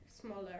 smaller